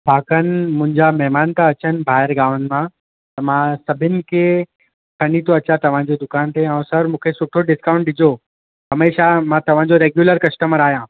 छा कनि मुंहिंजा महिमान था अचनि ॿाहिरि गांवनि मां त मां सभिनी खे खनी थो अचा तव्हांजे दुकान ते ऐं सर मूंखे सुठो डिस्काउंट ॾिजो हमेशह मां तव्हांजो रेग्युलर कस्टमर आहियां